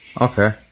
Okay